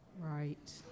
Right